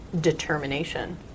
determination